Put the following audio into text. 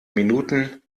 minuten